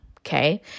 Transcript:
okay